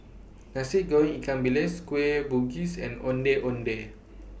Nasi Goreng Ikan Bilis Kueh Bugis and Ondeh Ondeh